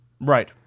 Right